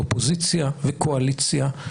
אופוזיציה וקואליציה,